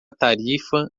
tarifa